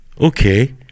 Okay